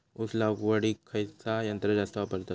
ऊस लावडीक खयचा यंत्र जास्त वापरतत?